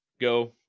go